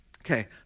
Okay